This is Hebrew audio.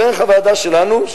דרך הוועדה שלנו,